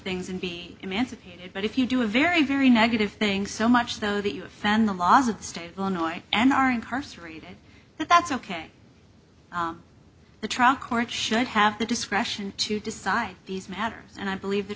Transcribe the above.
things and be emancipated but if you do a very very negative thing so much though that you offend the laws of the state of illinois and are incarcerated but that's ok the trial court should have the discretion to decide these matters and i believe the